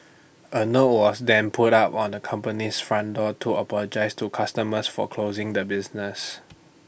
A note was then put up on the company's front door to apologise to customers for closing the business